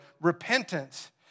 repentance